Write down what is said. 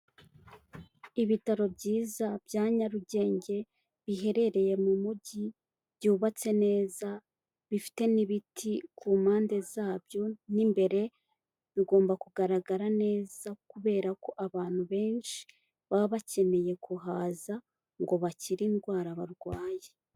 Ibitaro byiza bya Nyarugenge biherereye mu mujyi, byubatse neza bifite n'ibiti ku mpande zabyo n'imbere bigomba kugaragara neza, kubera ko abantu benshi baba bakeneye kuhaza ngo bakire indwara barwaye.